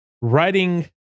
writing